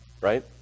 right